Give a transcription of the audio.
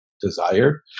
desire